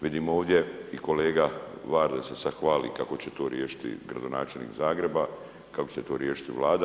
Vidimo ovdje i kolega Varda se sad hvali kako će to riješiti gradonačelnik Zagreba, kako će to riješiti Vlada.